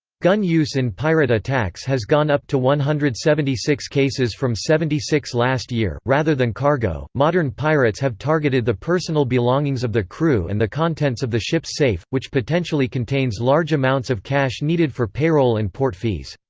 gun use in pirate attacks has gone up to one hundred and seventy six cases from seventy six last year rather than cargo, modern pirates have targeted the personal belongings of the crew and the contents of the ship's safe, which potentially contains large amounts of cash needed for payroll and port fees.